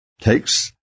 takes